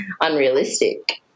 unrealistic